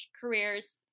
careers